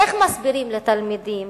איך מסבירים לתלמידים